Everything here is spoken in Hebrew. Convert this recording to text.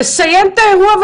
לסיים את האירוע.